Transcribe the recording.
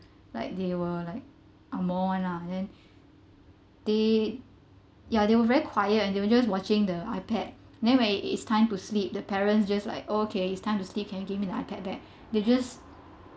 like they will like angmoh [one] lah then they ya they were very quiet and they were just watching the ipad then when it is time to sleep the parents just like okay it's time to sleep can you give me the ipad they just